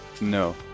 No